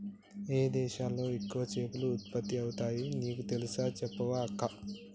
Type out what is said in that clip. ఏయే దేశాలలో ఎక్కువ చేపలు ఉత్పత్తి అయితాయో నీకు తెలిస్తే చెప్పవ అక్కా